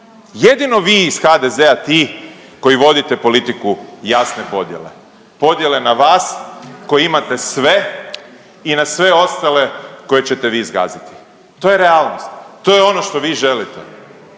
jedino vi iz HDZ-a ti koji vodite politiku jasne podjele, podjele na vas koji imate sve i na sve ostale koje ćete vi zgaziti. To je realnost, to je ono što vi želite.